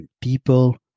people